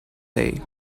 day